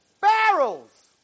barrels